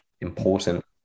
important